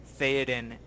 Theoden